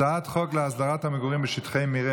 הצעת חוק להסדרת המגורים בשטחי מרעה,